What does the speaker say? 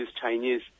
chinese